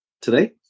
today